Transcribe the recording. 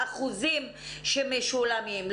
האחוזים שמשולמים.